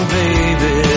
baby